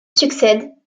succèdent